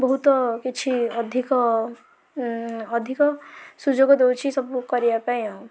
ବହୁତ କିଛି ଅଧିକ ଅଧିକ ସୁଯୋଗ ଦେଉଛି ସବୁ କରିବାପାଇଁ ଆଉ